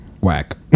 Whack